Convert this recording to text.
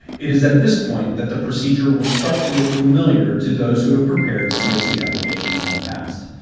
it is at this point that the procedure will start to look familiar to those who have prepared cfc applications in the past.